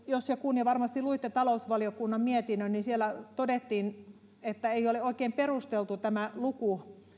jos ja kun ja varmasti luitte talousvaliokunnan mietinnön niin siellä todettiin että ei ole oikein perusteltu tämä luku